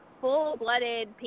full-blooded